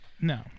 No